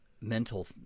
mental